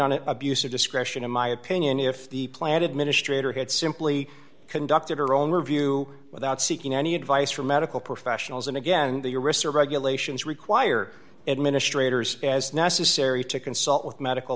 an abuse of discretion in my opinion if the plan administrator had simply conducted her own review without seeking any advice from medical professionals and again the your research regulations require administrators as necessary to consult with medical